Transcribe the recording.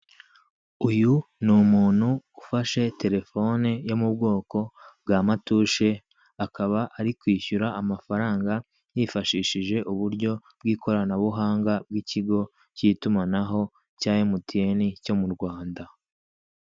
Uyu ni umuntu ufashe telefone yo mu bwoko bwamatushe akaba ari kwishyura amafaranga yifashishije uburyo bw'ikoranabuhanga bw'ikigo k'itumanaho cya emutiyeni cyo mu Rwanda.